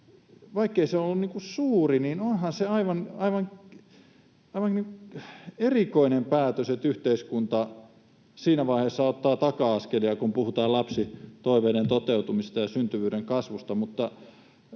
vaikkei se on ollut suuri, niin onhan se aivan erikoinen päätös, että yhteiskunta siinä vaiheessa ottaa taka-askelia, kun puhutaan lapsitoiveiden toteutumisesta ja syntyvyyden kasvusta.